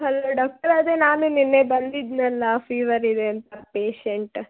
hello doctor ಅದೇ ನಾನು ನಿನ್ನೆ ಬಂದಿದ್ದೆನಲ್ಲಾ ಫೀವರ್ ಇದೆ ಅಂತ ಪೇಷಂಟ್